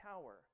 tower